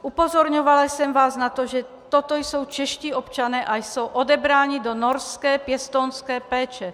Upozorňovala jsem vás na to, že toto jsou čeští občané a jsou odebráni do norské pěstounské péče.